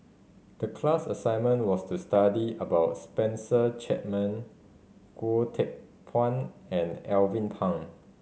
the class assignment was to study about Spencer Chapman Goh Teck Phuan and Alvin Pang